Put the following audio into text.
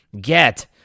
get